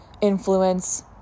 influence